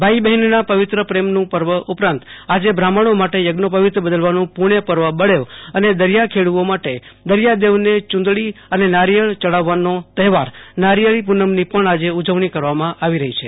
ભાઈ બહેનના પવિત્ર પ્રેમનું પર્વ ઉપરાંત આજે બ્રાહ્મણો માટે યજ્ઞોપવિત બદલવાનું પૂણ્ય પર્વ બળેવ અને દરિયાખેડૂઓ માટે દરિયાદેવને ચૂંદડી અને નારિયેળ ચડાવવાનો તહેવાર નારિયેળી પૂનમની પણ આજે ઉજવણી કરવામાં આવી રહી છે